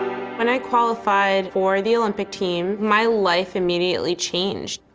when i qualified for the olympic team, my life immediately changed.